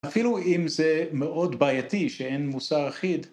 אפילו אם זה מאוד בעייתי שאין מוסר אחיד